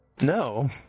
No